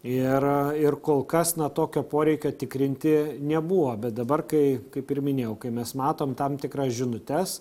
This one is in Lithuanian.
ir ir kol kas na tokio poreikio tikrinti nebuvo bet dabar kai kaip ir minėjau kai mes matom tam tikras žinutes